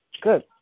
Good